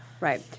Right